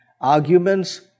arguments